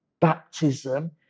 Baptism